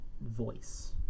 voice